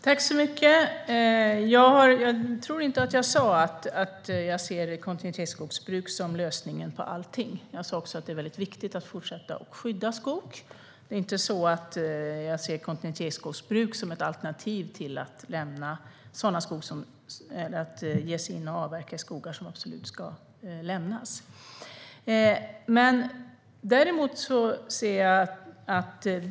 Herr talman! Jag tror inte att jag sa att jag ser kontinuitetsskogsbruk som lösningen på allt. Jag sa att det är viktigt att fortsätta att skydda skog. Det är inte så att jag ser kontinuitetsskogsbruk som ett alternativ till att avverka skogar som absolut ska lämnas.